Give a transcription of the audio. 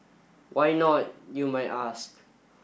why not you might ask